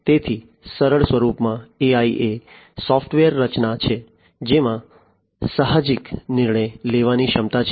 તેથી સરળ સ્વરૂપમાં AI એ સોફ્ટવેરની રચના છે જેમાં સાહજિક નિર્ણય લેવાની ક્ષમતા છે